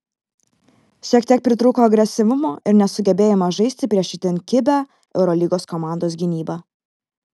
šiek tiek pritrūko agresyvumo ir nesugebėjome žaisti prieš itin kibią eurolygos komandos gynybą